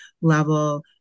level